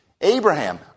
Abraham